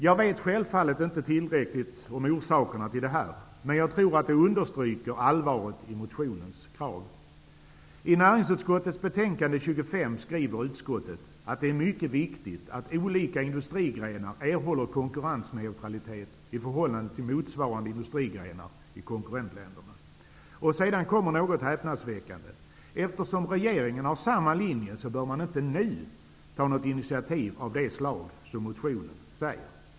Jag känner inte närmare till orsakerna till detta, men jag menar ändå att det understryker allvaret i motionens krav. I näringsutskottets betänkande nr 25 skriver utskottet att det är mycket viktigt att olika industrigrenar erhåller konkurrensneutralitet i förhållande till motsvarande industrigrenar i konkurrentländerna. Sedan kommer något häpnadsväckande. Eftersom regeringen är inne på samma linje bör man inte nu ta något initiativ av det slag som föreslås i motionen.